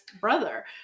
brother